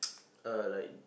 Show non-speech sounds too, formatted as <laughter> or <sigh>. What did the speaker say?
<noise> err like